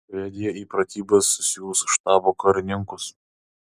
švedija į pratybas siųs štabo karininkus